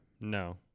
No